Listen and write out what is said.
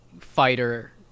fighter